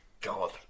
God